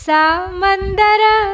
Samandara